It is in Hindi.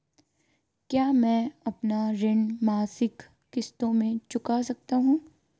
क्या मैं अपना ऋण मासिक किश्तों में चुका सकता हूँ?